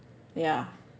ya